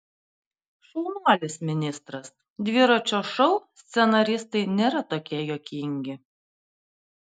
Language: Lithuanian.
šaunuolis ministras dviračio šou scenaristai nėra tokie juokingi